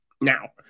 now